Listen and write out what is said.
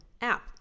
app